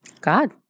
God